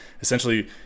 essentially